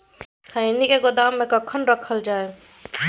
खैनी के गोदाम में कखन रखल जाय?